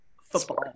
Football